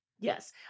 Yes